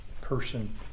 person